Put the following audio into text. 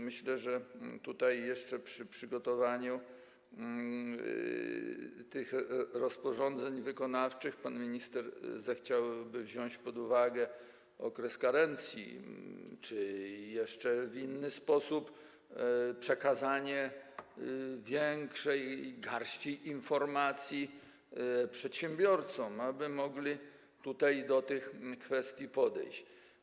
Myślę, że jeszcze przy przygotowaniu tych rozporządzeń wykonawczych pan minister zechciałby wziąć pod uwagę okres karencji, czy jeszcze w inny sposób przekazać większą garść informacji przedsiębiorcom, aby mogli tutaj do tych kwestii podejść.